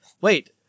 wait